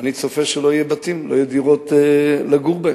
אני צופה שלא יהיו בתים, לא יהיו דירות לגור בהן.